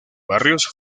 barrios